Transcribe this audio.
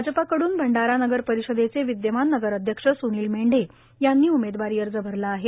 भाजपकडून भंडारा नगर परिषदेचे विद्यमान नगर अध्यक्ष स्नील मेंढे यांनी उमेदवारी अर्ज भरला आहे